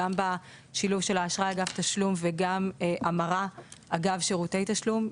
גם בשילוב של האשראי אגב תשלום וגם בהמרה אגב שירותי תשלום.